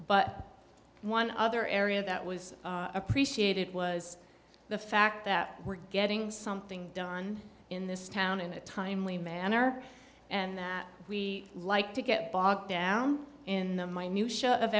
but one other area that was appreciated was the fact that we're getting something done in this town in a timely manner and that we like to get bogged down in the my new show of